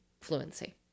fluency